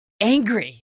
angry